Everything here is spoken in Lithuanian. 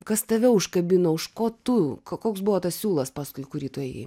kas tave užkabino už ko tu koks buvo tas siūlas paskui kurį tu ėjai